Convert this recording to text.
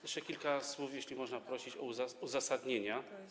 Jeszcze kilka słów, jeśli można prosić, uzasadnienia.